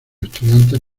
estudiantes